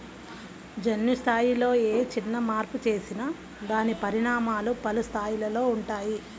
జన్యు స్థాయిలో ఏ చిన్న మార్పు చేసినా దాని పరిణామాలు పలు స్థాయిలలో ఉంటాయి